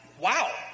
Wow